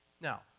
Now